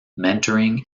mentoring